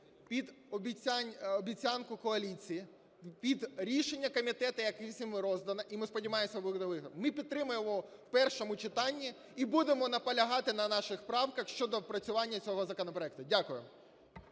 Під обіцянку коаліції, під рішення комітету, яке всім роздано, і ми сподіваємося… ми підтримуємо в першому читанні, і будемо наполягати на наших правках щодо опрацювання цього законопроекту. Дякую.